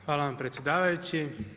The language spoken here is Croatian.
Hvala vam predsjedavajući.